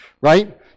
right